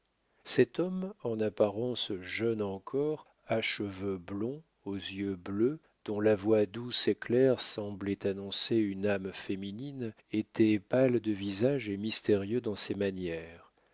cet homme en apparence jeune encore à cheveux blonds aux yeux bleus dont la voix douce et claire semblait annoncer une âme féminine était pâle de visage et mystérieux dans ses manières